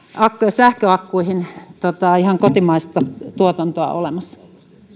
sähköakkuihin ihan kotimaista tuotantoa olemassa